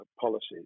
policies